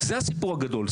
זה הסיפור הגדול.